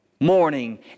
Morning